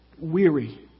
weary